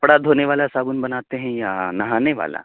کپڑا دھونے والا صابن بناتے ہیں یا نہانے والا